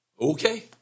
Okay